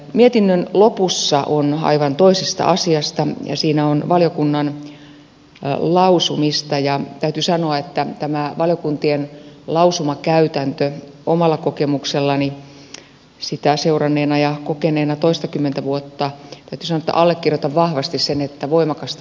mietinnön lopussa on aivan toisesta asiasta siinä on valiokunnan lausumista ja täytyy sanoa että allekirjoitan vahvasti sen että tässä valiokuntien lausumakäytännössä omalla kokemuksellani sitä toistakymmentä vuotta seuranneena ja kokeneena on voimakasta uudistustarvetta